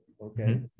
Okay